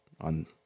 on